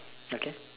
okay